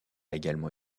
également